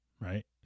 right